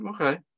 Okay